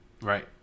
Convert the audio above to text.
Right